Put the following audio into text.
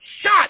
shot